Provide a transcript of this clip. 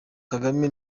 kagame